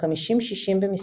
כחמישים-ששים במספר,